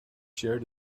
shared